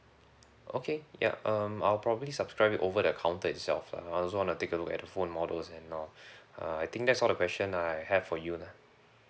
okay yup um I'll probably subscribe it over the counter itself lah I also want to take a look at the phone models and all uh I think that's all the question I have for you lah